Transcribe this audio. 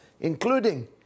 including